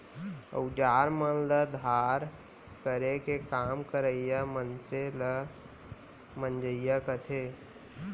अउजार मन ल धार करे के काम करइया मनसे ल मंजइया कथें